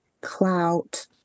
clout